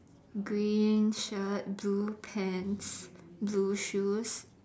green shirt blue pants blue shoes